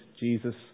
Jesus